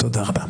תודה רבה.